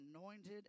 anointed